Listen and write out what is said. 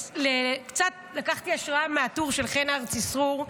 וקצת לקחתי השראה מהטור של חן ארצי סרור,